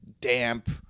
damp